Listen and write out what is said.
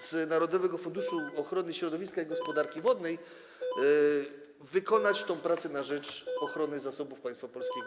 z Narodowego Funduszu Ochrony Środowiska i Gospodarki Wodnej wykonać tę pracę na rzecz ochrony zasobów państwa polskiego.